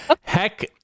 Heck